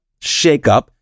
shakeup